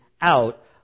out